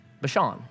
Bashan